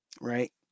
right